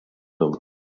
done